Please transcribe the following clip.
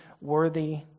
worthy